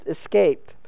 escaped